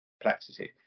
complexity